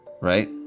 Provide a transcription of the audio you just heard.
Right